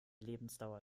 lebensdauer